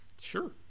Sure